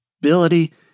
ability